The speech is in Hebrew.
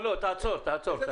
תעצור.